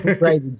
Right